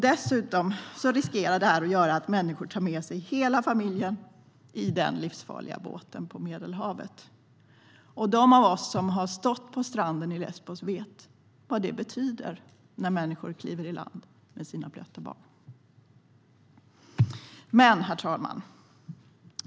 Dessutom riskerar detta att göra att människor tar med sig hela familjen i den livsfarliga båten på Medelhavet. Dem av oss som har stått på stranden i Lesbos vet vad det betyder när människor kliver i land med sina blöta barn. Herr talman!